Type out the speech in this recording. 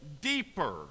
deeper